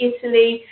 Italy